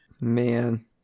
Man